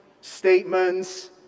statements